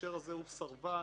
שבהקשר הזה הוא הסרבן